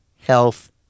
health